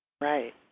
Right